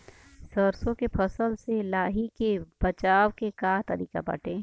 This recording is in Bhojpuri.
सरसो के फसल से लाही से बचाव के का तरीका बाटे?